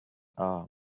arm